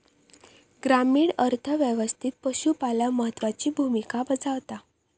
ग्रामीण अर्थ व्यवस्थेत पशुपालन महत्त्वाची भूमिका बजावता